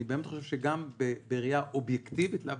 אני באמת חושב שגם בראייה אובייקטיבית ולאו